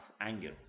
Anger